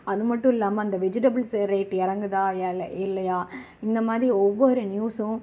அதுமட்டுயில்லாமல் அந்த vegetables rate இறங்குதா எல இல்லையா இந்தமாதிரி ஒவ்வொரு நியூஸ்சும்